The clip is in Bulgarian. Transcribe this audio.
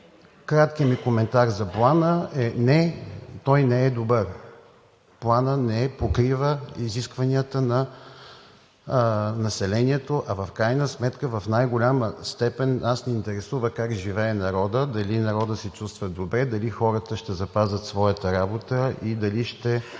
Краткият ми коментар за Плана е: не, той не е добър! Планът не покрива изискванията на населението, а в крайна сметка в най-голяма степен нас ни интересува как живее народът, дали народът се чувства добре, дали хората ще запазят своята работа и дали ще